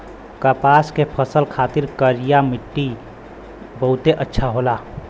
कपास के फसल खातिर करिया मट्टी बहुते अच्छा होला